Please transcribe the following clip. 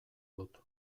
dut